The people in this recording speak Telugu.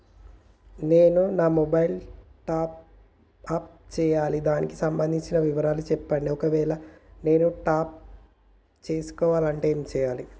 నేను నా మొబైలు టాప్ అప్ చేయాలి దానికి సంబంధించిన వివరాలు చెప్పండి ఒకవేళ నేను టాప్ చేసుకోవాలనుకుంటే ఏం చేయాలి?